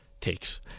takes